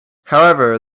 however